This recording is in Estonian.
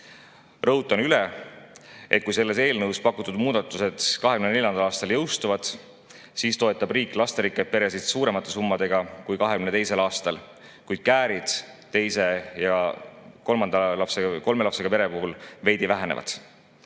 Rõhutan üle, et kui selles eelnõus pakutud muudatused 2024. aastal jõustuvad, siis toetab riik lasterikkaid peresid suuremate summadega kui 2022. aastal, kuid käärid kahe ja kolme lapsega pere [vahel] veidi vähenevad